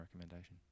recommendation